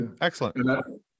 Excellent